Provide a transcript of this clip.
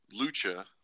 Lucha